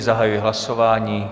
Zahajuji hlasování.